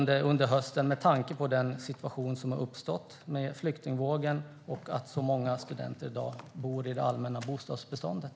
Det undrar jag med tanke på den situation som har uppstått i och med flyktingvågen och att så många studenter i dag bor i det allmänna bostadsbeståndet.